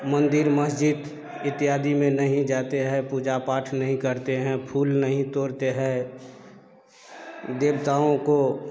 मंदिर मस्जिद इत्यादि में नहीं जाते है पूजा पाठ नहीं करते हैं फूल नहीं तोड़ते है देवताओं को